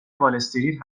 والاستریت